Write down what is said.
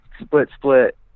split-split